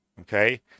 Okay